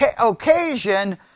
occasion